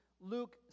Luke